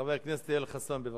חבר הכנסת יואל חסון, בבקשה.